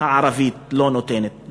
הערבית לא נותנת".